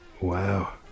Wow